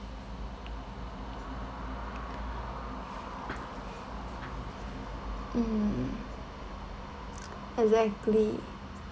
mm exactly